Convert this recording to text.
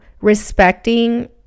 respecting